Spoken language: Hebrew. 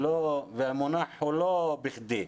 והמונח הוא לא בכדי.